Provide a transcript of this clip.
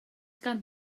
gan